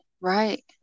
Right